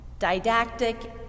didactic